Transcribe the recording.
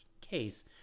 case